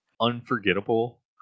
Unforgettable